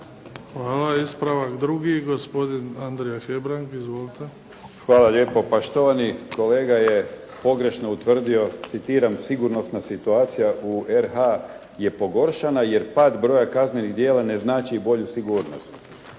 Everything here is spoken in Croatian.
Hvala. Ispravak drugi. Gospodin Andrija Hebrang. Izvolite. **Hebrang, Andrija (HDZ)** Hvala lijepo. Pa štovani kolega je pogrešno utvrdio, citiram: "sigurnosna situacija u RH je pogoršana jer pad broja kaznenih djela ne znači i bolju sigurnost."